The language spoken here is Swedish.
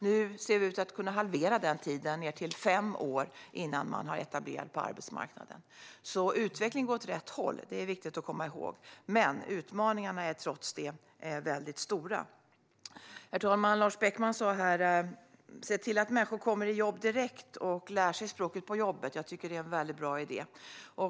Nu ser tiden ut att kunna halveras till fem år innan man är etablerad på arbetsmarknaden. Utvecklingen går alltså åt rätt håll, det är viktigt att komma ihåg. Men utmaningarna är trots detta väldigt stora. Herr talman! Lars Beckman sa här att man ska se till att människor kommer i jobb direkt och lär sig språket på jobbet. Jag tycker att det är en väldigt bra idé.